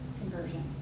conversion